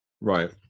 Right